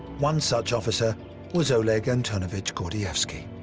one such officer was oleg antonovich gordievsky.